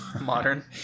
modern